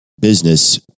business